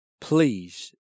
Please